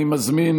אני מזמין